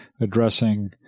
addressing